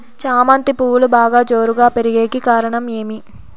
చామంతి పువ్వులు బాగా జోరుగా పెరిగేకి కారణం ఏమి?